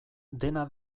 dena